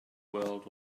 world